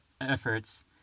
efforts